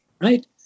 right